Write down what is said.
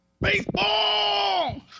Baseball